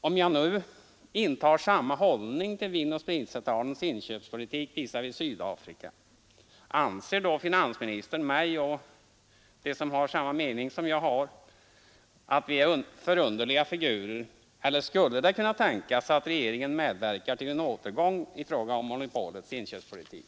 Om jag nu intar samma hållning till Vin & spritcentralens inköpspolitik visavi Sydafrika, anser då finansministern att jag och de som har samma mening som jag har är ”förunderliga figurer”, eller skulle det kunna tänkas att regeringen medverkar till en återgång i fråga om monopolets inköpspolitik?